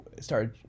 started